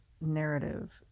narrative